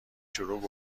چروک